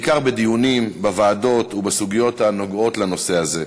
בעיקר בדיונים בוועדות בסוגיות הנוגעות לנושא זה.